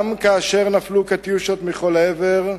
גם כאשר נפלו "קטיושות" מכל עבר,